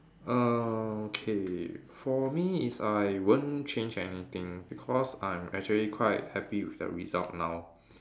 err okay for me is I won't change anything because I'm actually quite happy with the result now